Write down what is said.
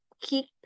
keep